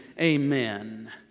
Amen